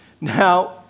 Now